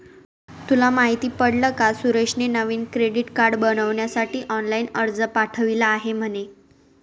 तुला माहित पडल का सुरेशने नवीन क्रेडीट कार्ड बनविण्यासाठी ऑनलाइन अर्ज पाठविला आहे म्हणे